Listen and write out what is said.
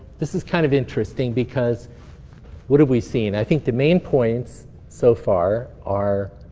this is kind of interesting, because what have we seen? i think the main points so far are,